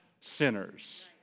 sinners